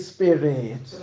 Spirit